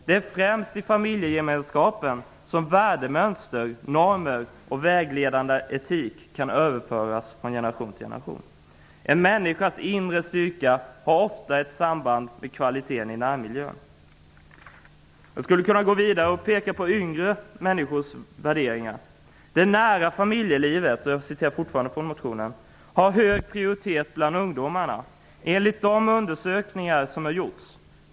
Det är främst i familjegemenskapen som värdemönster, normer och vägledande etik kan överföras från generation till generation. En människas inre styrka har ofta ett samband med kvaliteten i närmiljön.'' Jag skulle kunna gå vidare i motionen och peka på yngre människors värderingar. ''Det nära familjelivet har hög prioritet bland ungdomarna, enligt de undersökningar som har gjorts.